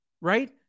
right